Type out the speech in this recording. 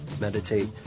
meditate